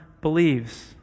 believes